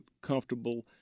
comfortable